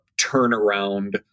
turnaround